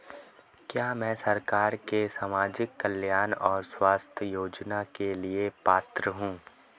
क्या मैं सरकार के सामाजिक कल्याण और स्वास्थ्य योजना के लिए पात्र हूं?